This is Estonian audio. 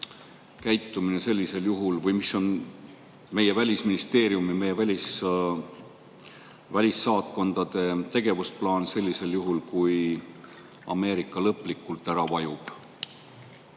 käitumine või mis on meie Välisministeeriumi, meie välissaatkondade tegevusplaan sellisel juhul, kui Ameerika lõplikult ära vajub?